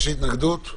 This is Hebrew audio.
יש התנגדות?